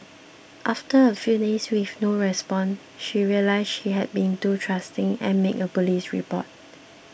after a few days with no response she realised she had been too trusting and made a police report